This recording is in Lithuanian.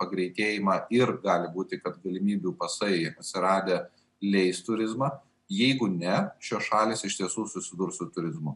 pagreitėjimą ir gali būti kad galimybių pasai atsiradę leis turizmą jeigu ne šios šalys iš tiesų susidurs su turizmu